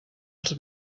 els